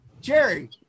jerry